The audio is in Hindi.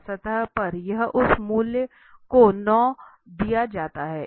तो सतह पर यह उस वैल्यू को 9 दिया जाता है